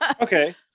Okay